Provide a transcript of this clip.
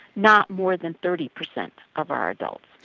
not more than thirty percent of our adults.